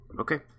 Okay